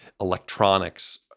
electronics